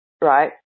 right